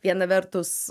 viena vertus